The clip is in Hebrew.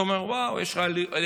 אתה אומר: ואו, יש לי עלויות,